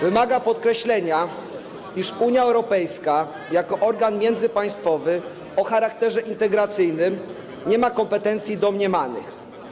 Wymaga podkreślenia, iż Unia Europejska jako organ międzypaństwowy o charakterze integracyjnym nie ma kompetencji domniemanych.